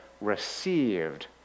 received